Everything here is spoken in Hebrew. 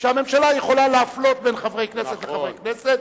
שהממשלה יכולה להפלות בין חברי כנסת לחברי כנסת,